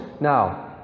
Now